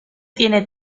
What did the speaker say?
tiene